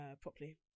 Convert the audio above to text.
properly